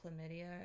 chlamydia